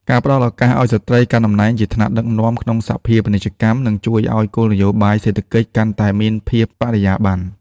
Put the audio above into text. ការផ្ដល់ឱកាសឱ្យស្ត្រីកាន់តំណែងជាថ្នាក់ដឹកនាំក្នុងសភាពាណិជ្ជកម្ម នឹងជួយឱ្យគោលនយោបាយសេដ្ឋកិច្ចកាន់តែមានភាពបរិយាបន្ន។